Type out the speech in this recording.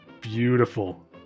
beautiful